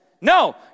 No